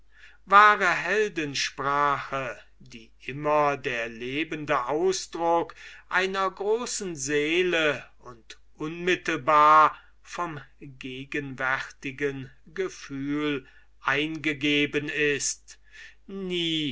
wahre heldensprache die immer der lebende ausdruck einer großen seele und unmittelbar vom gegenwärtigen gefühl eingegeben ist nie